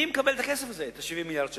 מי מקבל את הכסף הזה, את 70 מיליארד השקלים?